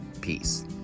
Peace